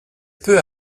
peu